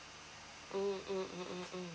mm mm mm mm mm